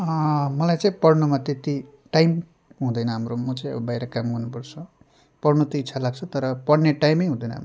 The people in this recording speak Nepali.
मलाई चाहिँ पढ्नमा त्यति टाइम हुँदैन हाम्रो म चाहिँ अब बाहिर काम गर्नुपर्छ पढ्नु त इच्छा लाग्छ तर पढ्ने टाइमै हुँदैन हाम्रोमा